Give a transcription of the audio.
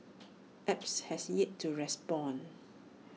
apps has yet to respond